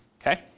Okay